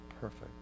perfect